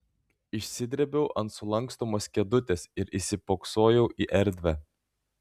išsidrėbiau ant sulankstomos kėdutės ir įsispoksojau į erdvę